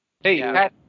Hey